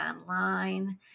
online